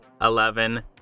eleven